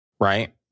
right